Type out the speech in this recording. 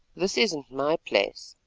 this isn't my place.